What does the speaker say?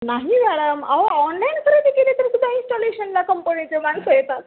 नाही मॅडम हो ऑनलाईन खरेदी केली तरी सुद्धा इनस्टॉलेशनला कंपनीचे माणसं येतात